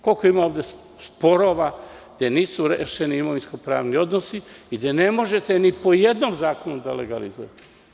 Koliko ima ovde sporova gde nisu rešeni imovinsko-pravni odnosi i gde ne možete ni po jednom zakonu da legalizujete?